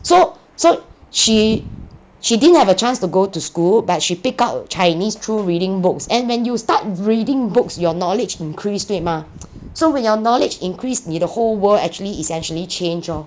so so she she didn't have a chance to go to school but she pick up chinese through reading books and when you start reading books your knowledge increase 对吗 so when your knowledge increase 你的 whole world actually essentially change orh